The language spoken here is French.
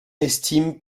estime